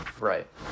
right